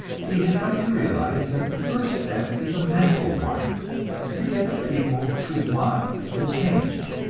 he has come to realize that the first step is a mental one to get the people to want the change.